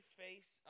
face